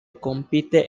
compite